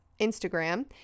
Instagram